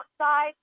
outside